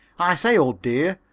i say, old dear,